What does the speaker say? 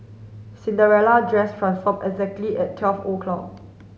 Cinderella dress transformed exactly at twelve o'clock